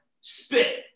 spit